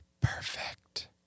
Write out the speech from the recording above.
perfect